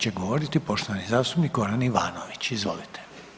će govoriti poštovani zastupnik Goran Ivanović, izvolite.